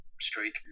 streak